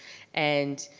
and